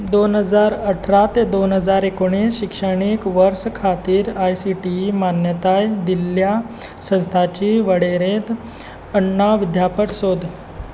दोन हजार अठरा ते दोन हजार एकुणीस शिक्षणीक वर्स खातीर आय सी टी ई मान्यताय दिल्ल्या संस्थांची वळेरेंत अण्णा विद्यापठ सोद